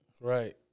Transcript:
Right